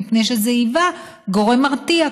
מפני שזה היווה גורם מרתיע.